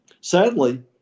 sadly